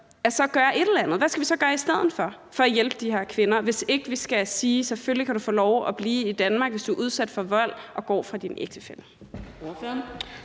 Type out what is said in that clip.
hvad skal vi så gøre for at hjælpe de her kvinder, hvis ikke vi skal sige: Selvfølgelig kan du få lov at blive i Danmark, hvis du er udsat for vold og går fra din ægtefælle?